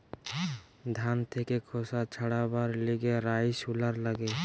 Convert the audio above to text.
ধান থেকে খোসা ছাড়াবার লিগে রাইস হুলার লাগে